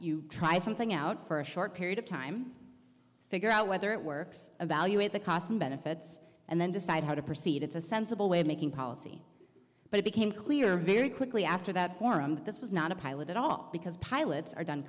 you try something out for a short period of time figure out whether it works evaluate the costs and benefits and then decide how to proceed it's a sensible way of making policy but it became clear very quickly after that forum that this was not a pilot at all because pilots are done